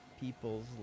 people's